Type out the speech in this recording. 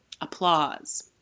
Applause